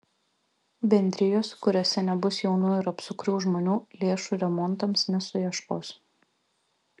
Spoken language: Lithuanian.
bendrijos kuriose nebus jaunų ir apsukrių žmonių lėšų remontams nesuieškos